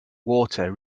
water